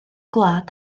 gwlad